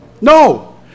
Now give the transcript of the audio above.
No